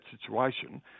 situation